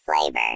flavor